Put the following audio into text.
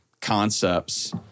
concepts